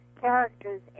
characters